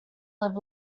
live